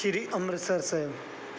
ਸ਼੍ਰੀ Amritsar ਸਾਹਿਬ